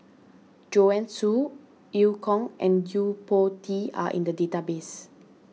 Joanne Soo Eu Kong and Yo Po Tee are in the database